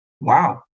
wow